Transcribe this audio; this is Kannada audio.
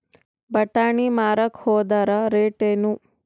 ಬಟಾನಿ ಮಾರಾಕ್ ಹೋದರ ರೇಟೇನು?